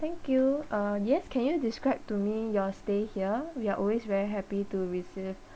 thank you uh yes can you describe to me your stay here we are always very happy to receive